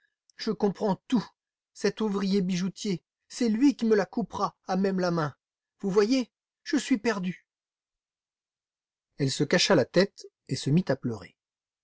je comprends tout cet ouvrier bijoutier c'est lui qui me la coupera à même la main vous voyez vous voyez je suis perdue elle se cacha la tête et se mit à pleurer